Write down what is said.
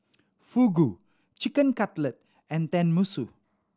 Fugu Chicken Cutlet and Tenmusu